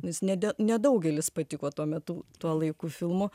jis nede nedaugelis patiko tuo metu tuo laiku filmų